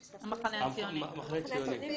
המחנה הציוני,